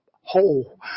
whole